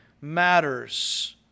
matters